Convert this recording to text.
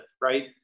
right